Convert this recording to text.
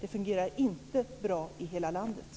Det fungerar inte bra i hela landet.